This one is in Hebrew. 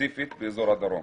ספציפית באזור הדרום.